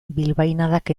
bilbainadak